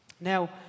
Now